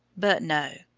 but no!